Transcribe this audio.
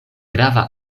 grava